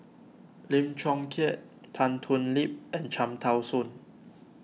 Lim Chong Keat Tan Thoon Lip and Cham Tao Soon